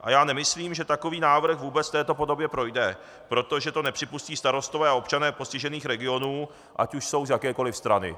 A já nemyslím, že takový návrh vůbec v této podobě projde, protože to nepřipustí starostové a občané postižených regionů, ať už jsou z jakékoliv strany.